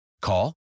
Call